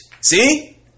See